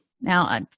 Now